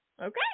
Okay